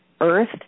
Earth